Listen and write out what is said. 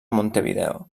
montevideo